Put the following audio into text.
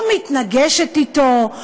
או מתנגשת בו,